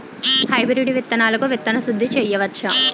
Hybrid విత్తనాలకు విత్తన శుద్ది చేయవచ్చ?